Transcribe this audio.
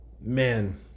man